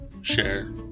share